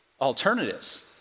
alternatives